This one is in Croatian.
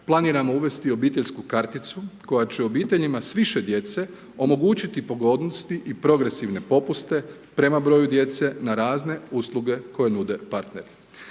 planiramo uvesti obiteljsku karticu koja će obiteljima s više djece omogućiti pogodnosti progresivne popuste prema broju djece na razne usluge koje nude partneri.